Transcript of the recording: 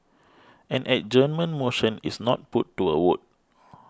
an adjournment motion is not put to a vote